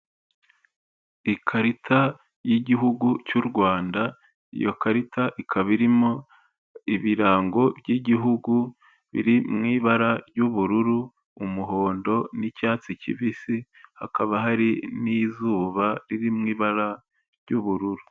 Ikarita y'igihugu cy'u Rwanda, iyo karita ikaba irimo ibirango by'igihugu biri mu ibara ry'ubururu, umuhondo, n'icyatsi kibisi, hakaba hari n'izuba riri mu ibara ry'ubururu.